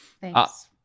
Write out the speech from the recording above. Thanks